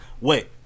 Wait